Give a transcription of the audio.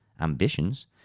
ambitions